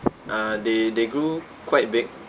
uh they they grew quite big